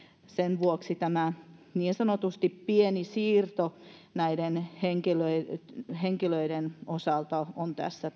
sen vuoksi tämä niin sanotusti pieni siirto näiden henkilöiden henkilöiden osalta on tässä